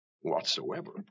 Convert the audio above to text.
whatsoever